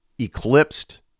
eclipsed